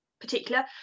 particular